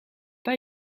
pas